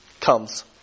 comes